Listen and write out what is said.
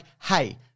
hey